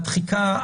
התחיקה,